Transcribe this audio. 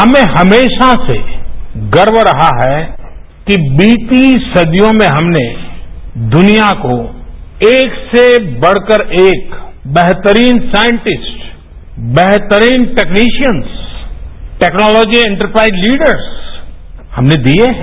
हमें हमेशा से गर्व रहा हैकि बीती सदियों में हमने दुनिया को एक से बढ़कर एक बेहतरीन साइंटिस्ट बेहतरीन टैक्निशियन्सटैक्नोलॉजी एंटस्प्राइज लीडर्स हमने दिए हैं